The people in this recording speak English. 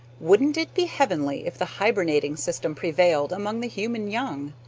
wouldn't it be heavenly if the hibernating system prevailed among the human young?